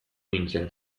nintzen